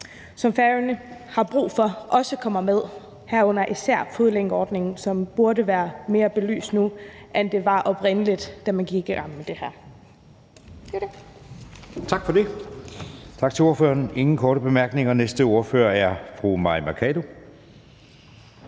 er, Færøerne har brug for også kommer med, herunder især fodlænkeordningen, som burde være mere belyst nu, end den var oprindelig, da man gik i gang med det her.